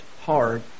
hard